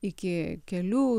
iki kelių